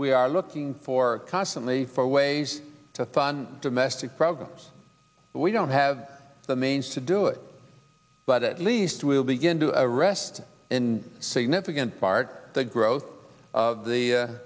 we are looking for constantly for ways to thun domestic programs we don't have the means to do it but at least we'll begin to rest in significant part the growth of the